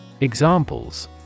Examples